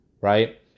right